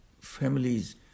families